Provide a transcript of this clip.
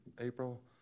April